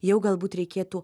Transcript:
jau galbūt reikėtų